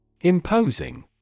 Imposing